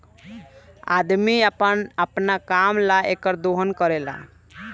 अदमी अपना काम ला एकर दोहन करेला